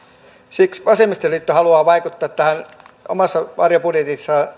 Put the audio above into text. siksi vasemmistoliitto haluaa vaikuttaa tähän omassa varjobudjetissaan